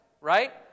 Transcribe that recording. right